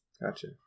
Gotcha